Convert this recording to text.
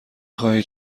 خواهید